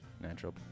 natural